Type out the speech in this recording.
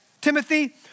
Timothy